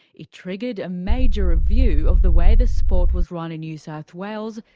it triggered a major review of the way the sport was run in new south wales,